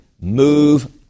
Move